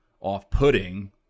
off-putting